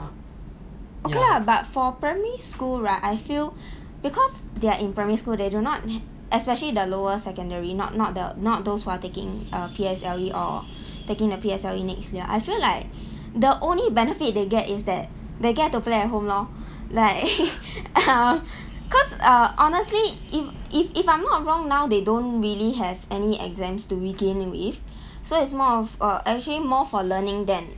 okay lah but for primary school right I feel because they are in primary school they do not especially the lower secondary not not the not those who are taking err P_S_L_E or taking the P_S_L_E next year I feel like the only benefit they get is that they get to play at home lor like uh cause uh honestly if if if I'm not wrong now they don't really have any exams to begin with so it's more of err actually more for learning than